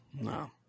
no